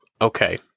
Okay